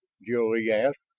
jil-lee asked.